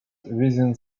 within